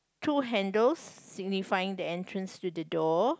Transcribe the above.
two handles signifying the entrance to the door